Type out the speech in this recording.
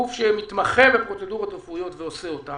שגוף שמתמכה בפרוצדורות רפואיות ועושה אותן